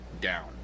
down